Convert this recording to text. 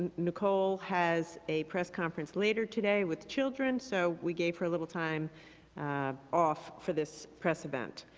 nicole has a press conference later today with children, so we gave her a little time off for this press event.